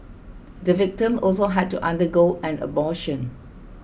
the victim also had to undergo an abortion